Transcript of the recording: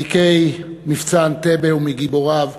ותיקי "מבצע אנטבה" ומגיבוריו,